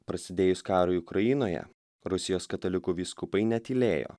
prasidėjus karui ukrainoje rusijos katalikų vyskupai netylėjo